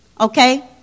Okay